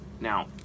Now